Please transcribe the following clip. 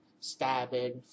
stabbing